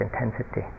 intensity